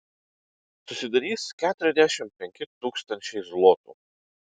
susidarys keturiasdešimt penki tūkstančiai zlotų